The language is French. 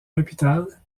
hôpital